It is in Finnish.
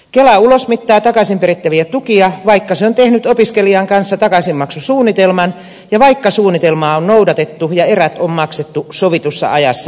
kela ulosmittaa takaisinperittäviä tukia vaikka se on tehnyt opiskelijan kanssa takaisinmaksusuunnitelman ja vaikka suunnitelmaa on noudatettu ja erät on maksettu sovitussa ajassa takaisin